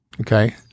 okay